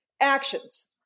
actions